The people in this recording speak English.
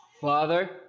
father